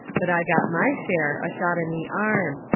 but i got my share, a shot in the arm.